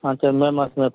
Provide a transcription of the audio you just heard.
அ சரி ஆ மே மாசமே